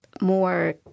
more